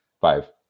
five